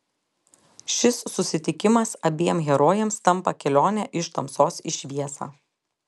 šis susitikimas abiem herojėms tampa kelione iš tamsos į šviesą